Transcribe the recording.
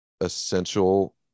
essential